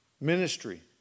ministry